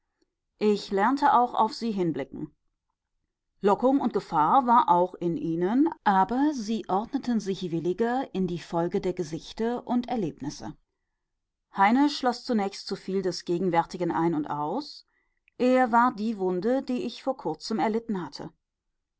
ich lernte auch auf sie hinblicken lockung und gefahr war auch in ihnen aber sie ordneten sich williger in die folge der gesichte und erlebnisse heine schloß zunächst zuviel des gegenwärtigen ein und aus er war die wunde die ich vor kurzem erlitten hatte